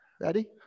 Ready